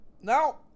Now